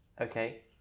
okay